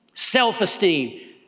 Self-esteem